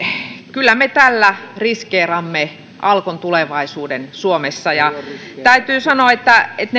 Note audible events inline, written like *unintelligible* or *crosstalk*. kyllä me tällä etämyyntipykälän puuttumisella riskeeraamme alkon tulevaisuuden suomessa täytyy sanoa että *unintelligible*